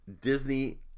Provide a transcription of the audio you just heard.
Disney